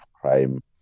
crime